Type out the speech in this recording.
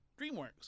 DreamWorks